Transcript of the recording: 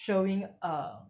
showing a